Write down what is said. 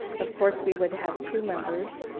of course, we would have two members,